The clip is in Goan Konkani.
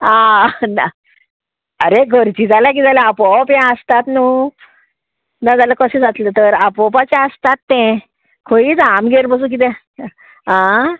आं ना आरे घरची जाल्या किदें जाल्यार आपोवप हें आसतात न्हू ना जाल्यार कशें जातलें तर आपोवपाचें आसतात तें खंयी जा आमगेर बसून किदें आं